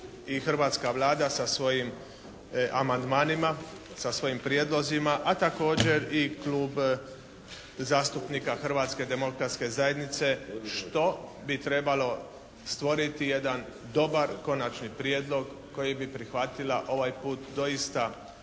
i hrvatska Vlada sa svojim amandmanima, sa svojim prijedlozima, a također i Klub zastupnika Hrvatske demokratske zajednice što bi trebalo stvoriti jedan dobar konačni prijedlog koji bi prihvatila ovaj put doista